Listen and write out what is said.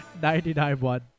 99.1